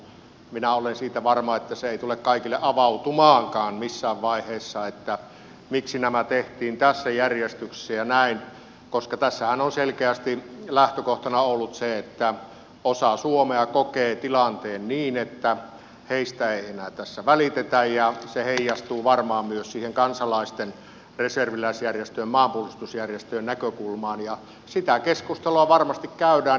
minä olen siitä varma että se ei tule kaikille avautumaankaan missään vaiheessa miksi nämä tehtiin tässä järjestyksessä ja näin koska tässähän on selkeästi lähtökohtana ollut se että osa suomea kokee tilanteen niin että heistä ei enää tässä välitetä ja se heijastuu varmaan myös siihen kansalaisten reserviläisjärjestöjen maanpuolustusjärjestöjen näkökulmaan ja sitä keskustelua varmasti käydään